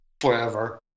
forever